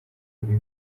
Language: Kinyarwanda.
mibi